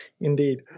Indeed